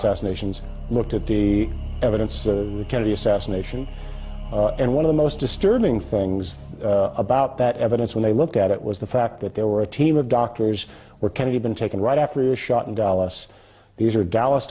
as nations looked at the evidence we carry assassination and one of the most disturbing things about that evidence when i looked at it was the fact that there were a team of doctors were kennedy been taken right after the shot in dallas these are dallas